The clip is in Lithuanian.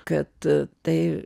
kad tai